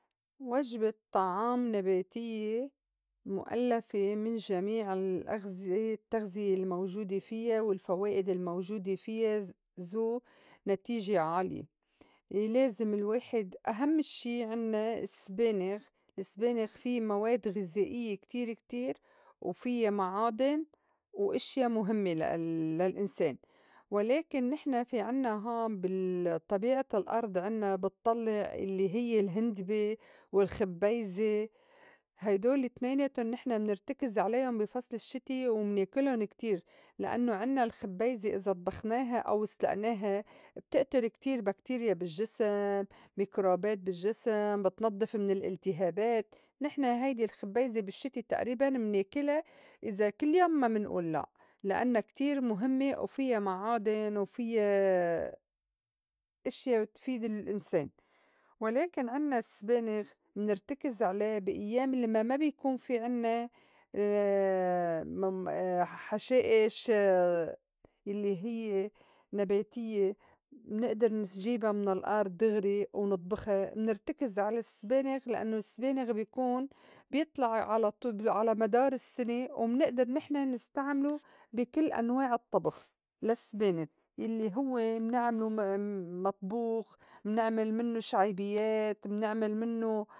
وجبة طعام نباتيّة مؤلّفة من جميع الأغزية التّغزية الموجودة فيّا والفوائد الموجودة فيّا ز- زو نتيجة عالية لي لازم الواحد أهمّ شّي عنّا السبانغ السبانغ في مواد غِزائيّة كتير كتير وفِيّا معادن وإشيا مُهمّة لل- للأنسان، ولكن نحن في عنّا هون بالطّبيعة الأرض عنّا بطلّع الّي هيّ الهندبة والخبّيزة هيدول اتنيناتُن نحن منرتكز علين بي فصل الشّتي ومناكلُن كتير لإنّو عنّا الخبّيزة إذا طبخناها أو سلئناها بتئتل كتير بكتيريا بالجّسم، ميكروبات بالجّسم، بتنضّف من الألتِهابات، نحن هيدي الخبّيزة بالشّتي تئريباً مناكلا إذا كل يوم ما منئول لا لإنّا كتير مُهِمّة وفيّا معادن وفيّا إشيا بتفيد الإنسان، ولكن عنّا سبانغ منرتكز عليه بي إيّام لمّا ما بي كون في عنّا مم حشائش يلّي هيّ نباتيّة منئدِر نجيبا من الأرْض دغري ونُطبخا منرتكز على السبانغ لإنّو السبانغ بيكون بيطْلَع على طول على مدار السّنة ومنئدِر نحن نستعملو بي كل أنواع الطّبخ للسبانغ يلّي هوّ منعملو م- مطبوخ منعمل منّو شعيبيّات منعمل منّو.